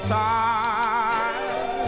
time